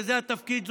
וזה התפקיד,